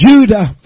Judah